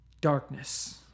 darkness